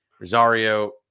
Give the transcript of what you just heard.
Rosario